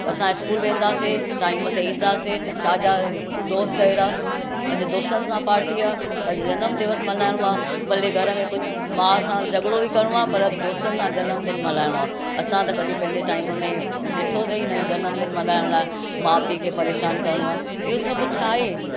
असां स्कूल वेंदासीं टाइम ते ईंदासीं त सॼा दोस्त एॾा अॼु दोस्तनि सां पार्टी आहे अॼु जनम दिवस मल्हाइणो आहे भले घर में कुझु माउ सां झगिड़ो बि करिणो आहे पर दोस्तनि सां जनमदिन मल्हाइणो आहे असां त कढी पंहिंजे टाइम में ॾिठोसीं ई न जनमदिन मल्हाइण लाइ माउ पीउ खे परेशान करिणो आहे इहो सभु छा आहे